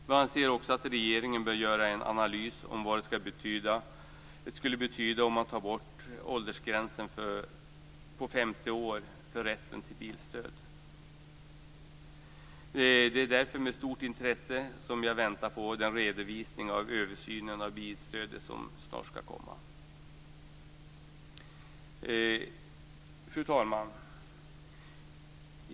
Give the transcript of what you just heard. Vi anser också att regeringen bör göra en analys av vad det skulle betyda om man tog bort åldersgränsen på 50 år för rätten till bilstöd. Det är därför med stort intresse jag väntar på den redovisning av översynen av bilstödet som snart skall komma. Fru talman!